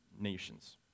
nations